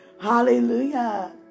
Hallelujah